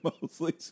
Mostly